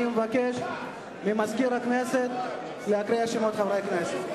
אני מבקש ממזכיר הכנסת להקריא את שמות חברי הכנסת.